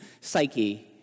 psyche